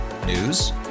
News